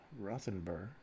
Rothenburg